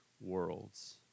worlds